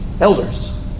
Elders